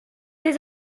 des